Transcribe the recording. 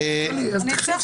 אני אצא החוצה.